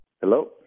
Hello